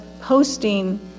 posting